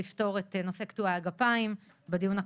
לפתור את נושא קטועי הגפיים בדיון הקודם,